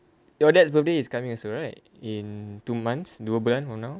your dad's birthday is coming also right in two months dua bulan from now